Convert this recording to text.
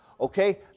okay